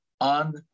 on